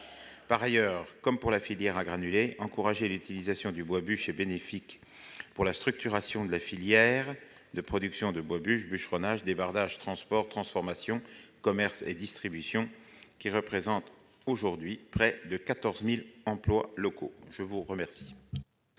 Par ailleurs, comme pour celle des granulés, encourager l'utilisation du bois-bûches est bénéfique pour la structuration de cette filière de production- bûcheronnage, débardage, transport, transformation, commerce et distribution -, qui représente aujourd'hui près de 14 000 emplois locaux. La parole